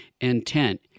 intent